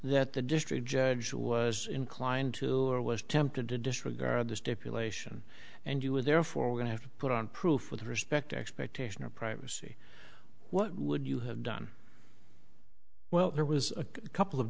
that the district judge was inclined to or was tempted to disregard the stipulation and you were therefore going to have to put on proof with respect expectation of privacy what would you have done well there was a couple of